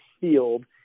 field